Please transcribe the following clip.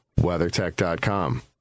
WeatherTech.com